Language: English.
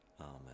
Amen